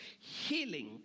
healing